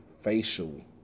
facial